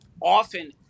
often